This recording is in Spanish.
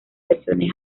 versiones